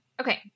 okay